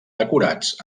decorats